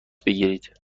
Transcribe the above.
بگیرید